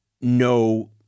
no